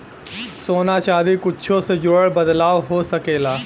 सोना चादी कुच्छो से जुड़ल बदलाव हो सकेला